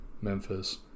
Memphis